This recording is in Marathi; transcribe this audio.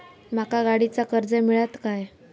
माका गाडीचा कर्ज मिळात काय?